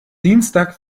dienstag